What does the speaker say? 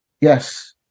Yes